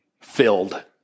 filled